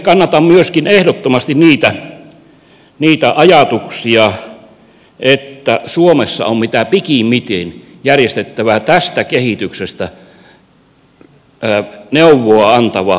kannatan ehdottomasti myöskin niitä ajatuksia että suomessa on mitä pikimmiten järjestettävä tästä kehityksestä neuvoa antava kansanäänestys